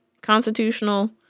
constitutional